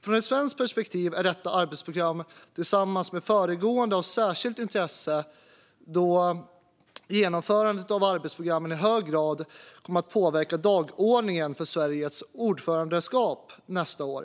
Från ett svenskt perspektiv är detta arbetsprogram tillsammans med det föregående av särskilt intresse, då genomförandet av arbetsprogrammen i hög grad kommer att påverka dagordningen för Sveriges ordförandeskap nästa år.